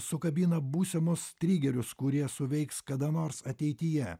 sukabina būsimus trigerius kurie suveiks kada nors ateityje